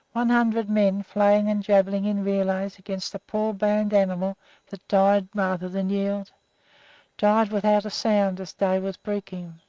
one hundred men flaying and jabbing in relays against a poor, bound animal that died rather than yield died without a sound as day was breaking.